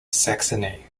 saxony